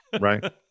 Right